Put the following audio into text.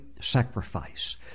sacrifice